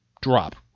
drop